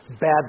bad